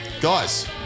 Guys